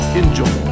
enjoy